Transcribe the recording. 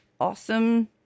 awesome